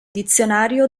dizionario